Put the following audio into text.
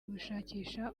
gushakisha